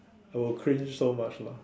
I will cringe so much lah